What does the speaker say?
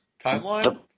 timeline